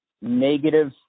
negative